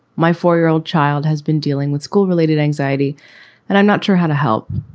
my four year old child has been dealing with school related anxiety and i'm not sure how to help.